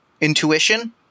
intuition